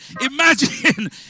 imagine